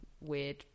weird